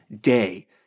day